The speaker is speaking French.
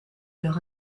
leur